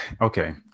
Okay